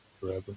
forever